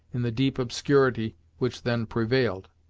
in the deep obscurity which then prevailed.